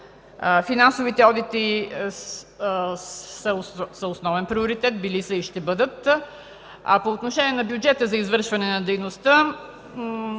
Финансовите одити са основен приоритет – били са и ще бъдат. По отношение на бюджета за извършване на дейността.